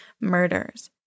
Murders